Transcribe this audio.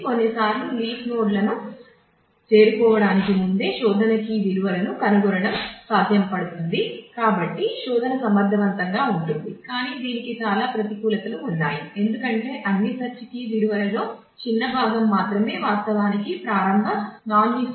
కొన్నిసార్లు leaf node పెద్దవిగా కనిపిస్తాయి